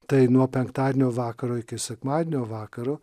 tai nuo penktadienio vakaro iki sekmadienio vakaro